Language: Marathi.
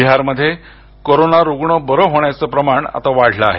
बिहारमध्ये कोरोना रुग्ण बरे होण्याच प्रमाण वाढलं आहे